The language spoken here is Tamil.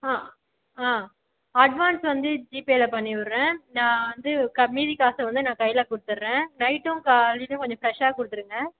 ஆ ஆ அட்வான்ஸ் வந்து ஜிபேயில் பண்ணிவிடுறேன் நான் வந்து காசை மீதி காசை வந்து நான் கையில் கொடுத்துட்றேன் நைட்டும் காலையிலேயும் கொஞ்சம் ஃபிரெஷ்ஷாக கொடுத்துடுங்க